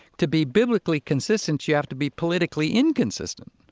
to be biblically consistent, you have to be politically inconsistent.